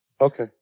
Okay